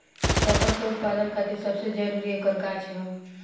rubber के उत्पदान खातिर सबसे जरूरी ऐकर गाछ ह